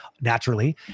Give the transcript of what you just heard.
naturally